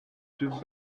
too